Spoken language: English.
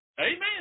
Amen